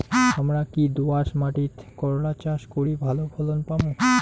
হামরা কি দোয়াস মাতিট করলা চাষ করি ভালো ফলন পামু?